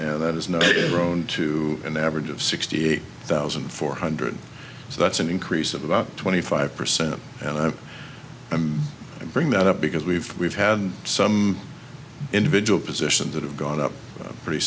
person that is not a grown to an average of sixty eight thousand four hundred so that's an increase of about twenty five percent and i bring that up because we've we've had some individual positions that have gone up pretty